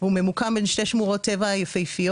הוא ממוקם בין שתי שמורות טבע יפהפיות.